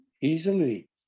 easily